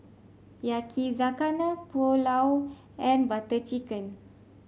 Yakizakana Pulao and Butter Chicken